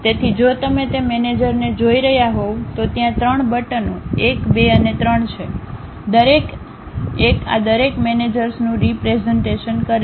તેથી જો તમે તે મેનેજરને જોઈ રહ્યા હોવ તો ત્યાં 3 બટનો 1 2 અને 3 છે દરેક એક આ દરેક મેનેજર્સનું રીપ્રેઝન્ટેશન કરે છે